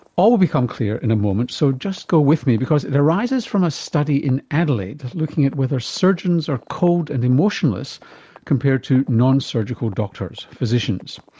all will become clear in a moment so just go with me because because it arises from a study in adelaide looking at whether surgeons are cold and emotionless compared to non-surgical doctors physicians.